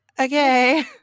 okay